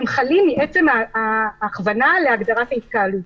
הם חלים מעצם ההכוונה להגדרת ההתקהלות.